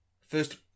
first